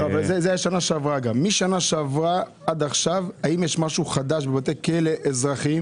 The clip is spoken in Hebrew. מידי פעם עקיצה קטנה לא תזיק,